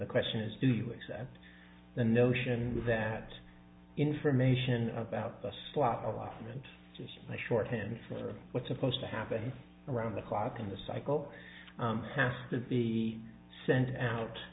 the question is do you accept the notion that information about the slot allotment just a shorthand for what's supposed to happen around the clock in the cycle has to be sent out